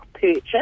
purchase